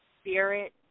spirit